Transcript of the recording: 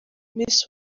miss